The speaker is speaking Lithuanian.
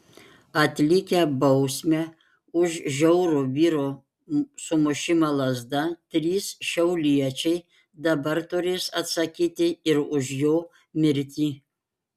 atlikę bausmę už žiaurų vyro sumušimą lazda trys šiauliečiai dabar turės atsakyti ir už jo mirtį